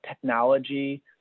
technology